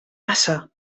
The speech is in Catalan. passa